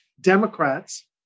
Democrats